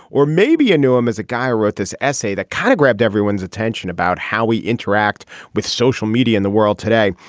or maybe you knew him as a guy wrote this essay that kind of grabbed everyone's attention about how we interact with social media in the world today.